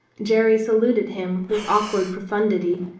jerry saluted him with awk ward profundity.